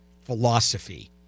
philosophy